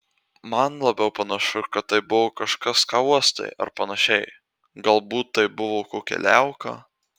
man labiau panašu kad tai buvo kažkas ką uostai ar panašiai galbūt tai buvo kokia liauka